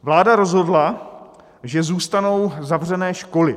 Vláda rozhodla, že zůstanou zavřené školy.